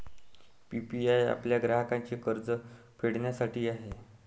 PPI आपल्या ग्राहकांचे कर्ज फेडण्यासाठी आहे